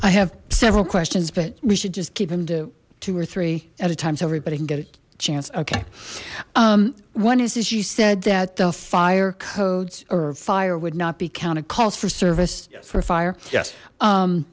i have several questions but we should just keep him do two or three at a time so everybody can get a chance okay one is as you said that the fire codes or fire would not be counted calls for service for fire